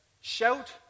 Shout